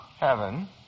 Heaven